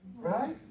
Right